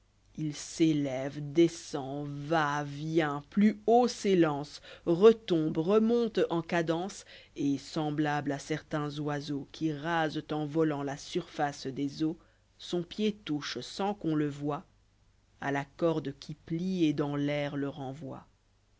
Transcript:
il s'élève descend va vient plus haut s'élance retombe remonte en cadence et semblable à certains oiseaux qui rasent en volant la surface des eaux son pied touche sans qu'on le voie a la corde qui plie et dans l'air le renvoie